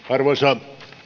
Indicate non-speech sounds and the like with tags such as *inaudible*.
*unintelligible* arvoisa